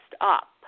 up